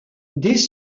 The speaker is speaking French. dès